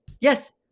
Yes